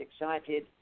excited